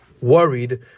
worried